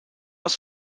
aus